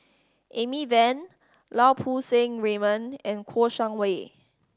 Amy Van Lau Poo Seng Raymond and Kouo Shang Wei